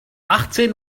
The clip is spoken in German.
achtzehn